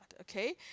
okay